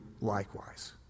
likewise